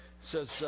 says